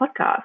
podcast